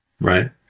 right